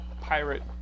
pirate